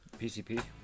PCP